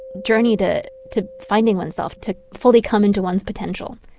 journey to to finding oneself to fully come into one's potential